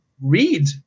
read